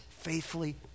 faithfully